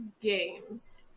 games